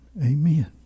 Amen